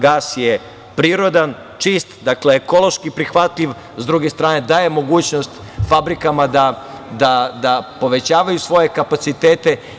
Gas je prirodan, čist, dakle, ekološki prihvatljiv, s druge strane, daje mogućnost fabrikama da povećavaju svoje kapacitete.